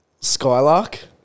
Skylark